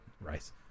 Rice